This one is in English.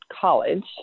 college